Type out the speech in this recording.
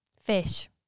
Fish